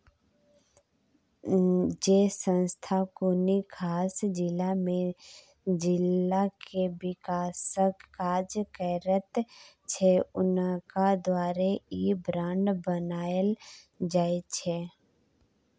जे संस्था कुनु खास जिला में जिला के विकासक काज करैत छै हुनका द्वारे ई बांड बनायल जाइत छै